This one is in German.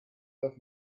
darf